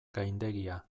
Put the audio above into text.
gaindegia